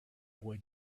boy